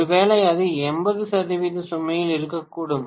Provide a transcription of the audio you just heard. ஒருவேளை அது 80 சதவிகித சுமையில் இருக்கக்கூடும்